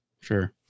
sure